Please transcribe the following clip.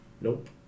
Nope